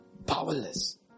powerless